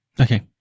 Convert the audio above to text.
Okay